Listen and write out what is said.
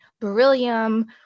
beryllium